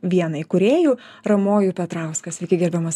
vieną įkūrėjų ramojų petrauską sveiki gerbiamas